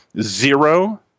Zero